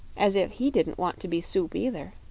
as if he didn't want to be soup, either.